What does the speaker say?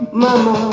mama